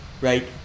right